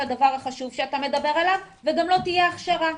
הדבר החשוב שאתה מדבר עליו וגם לא תהיה הכשרה.